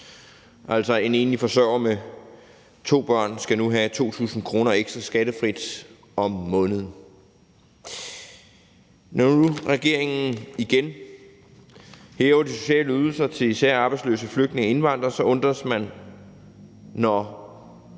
Altså, en enlig forsørger med to børn skal nu have 2.000 kr. ekstra skattefrit om måneden. Når nu regeringen igen hæver de sociale ydelser til især arbejdsløse flygtninge og indvandrere, undres man, når